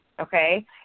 okay